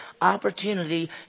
Opportunity